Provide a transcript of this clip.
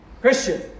Christian